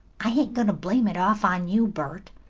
i ain't going to blame it off on you, bert.